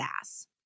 ass